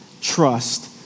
trust